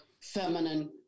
feminine